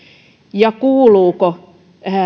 ja kuuluuko